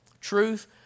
Truth